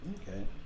okay